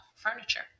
furniture